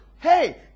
Hey